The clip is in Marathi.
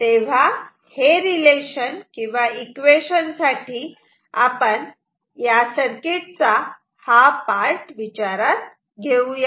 तेव्हा हे रिलेशन किंवा इक्वेशन साठी आपण सर्किटचा हा पार्ट विचारात घेऊया